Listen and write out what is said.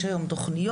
יש היום תוכניות.